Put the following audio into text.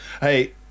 Hey